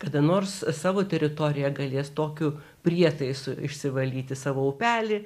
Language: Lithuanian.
kada nors savo teritoriją galės tokiu prietaisu išsivalyti savo upelį